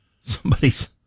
somebody's